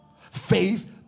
Faith